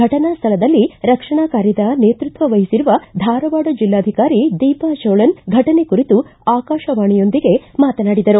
ಫಟನಾ ಸ್ವಳದಲ್ಲಿ ರಕ್ಷಣಾ ಕಾರ್ಯದ ನೇತೃತ್ವ ವಹಿಸಿರುವ ಧಾರವಾಡ ಜಿಲ್ಲಾಧಿಕಾರಿ ದೀಪಾ ಚೋಳನ್ ಫಟನೆ ಕುರಿತು ಆಕಾಶವಾಣಿಯೊಂದಿಗೆ ಮಾತನಾಡಿದರು